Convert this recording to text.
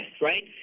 right